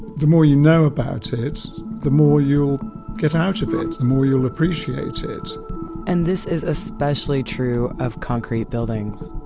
the more you know about it, the more you'll get out of it, the more you'll appreciate it and this is especially true of concrete buildings.